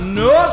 no